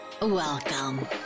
Welcome